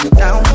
down